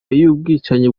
y’ubwicanyi